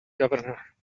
governor